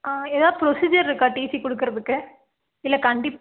ஆ ஏதாவது ப்ரொஸீஜர் இருக்கா டிசி கொடுக்குறதுக்கு இல்லை கண்டிப்பா